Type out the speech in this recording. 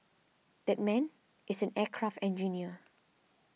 that man is an aircraft engineer